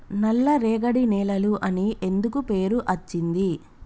నల్లరేగడి నేలలు అని ఎందుకు పేరు అచ్చింది?